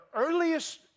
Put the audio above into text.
earliest